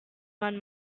one